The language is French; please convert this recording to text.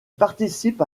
participe